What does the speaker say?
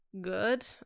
good